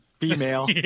Female